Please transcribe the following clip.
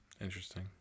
Interesting